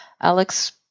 Alex